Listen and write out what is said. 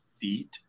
feet